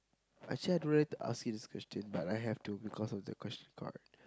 actually I don't really want to ask you this question but I have to because of that question card